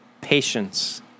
patience